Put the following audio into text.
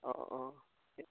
অঁ অঁ